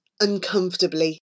uncomfortably